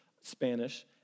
Spanish